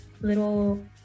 Little